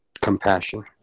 compassion